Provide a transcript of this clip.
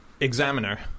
Examiner